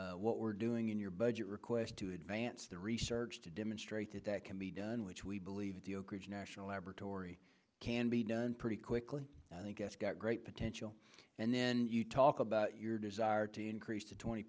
yucca what we're doing in your budget request to advance the research to demonstrated that can be done which we believe at the oak ridge national laboratory can be done pretty quickly i think it's got great potential and then you talk about your desire to increase to twenty